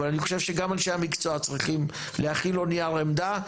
אבל חושב שגם אנשי המקצוע צריכים להכין לו נייר עמדה,